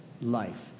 life